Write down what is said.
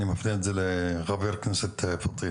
הוא מציג כרגע תמונת מצב.